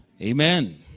Amen